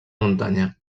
muntanya